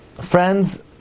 friends